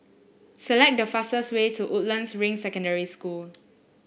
select the fastest way to Woodlands Ring Secondary School